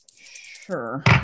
Sure